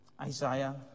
Isaiah